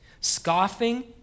scoffing